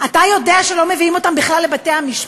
אתה יודע שלא מביאים אותם בכלל לבתי-המשפט?